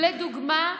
לדוגמה,